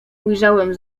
ujrzałem